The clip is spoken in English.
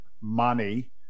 money